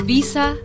Visa